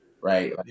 right